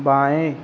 बाएं